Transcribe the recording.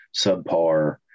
subpar